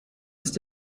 ist